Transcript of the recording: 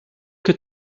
que